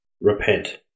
Repent